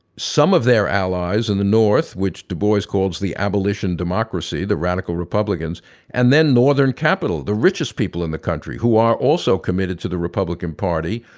some of their allies in the north, which du bois calls the abolition democracy, the radical republicans and then northern capital, the richest people in the country who are also committed to the republican party,